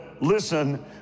listen